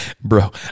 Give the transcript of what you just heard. Bro